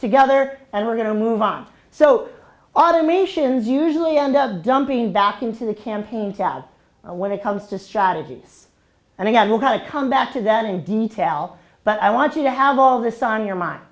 together and we're going to move on so automations usually end up jumping back into the campaign south when it comes to strategies and i will try to come back to that in detail but i want you to have all this on your mind